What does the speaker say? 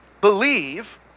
believe